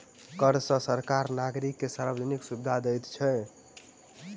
कर सॅ सरकार नागरिक के सार्वजानिक सुविधा दैत अछि